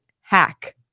hack